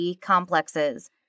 complexes